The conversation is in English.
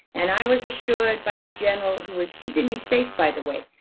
and i was assured by the general who was keeping me safe by the way,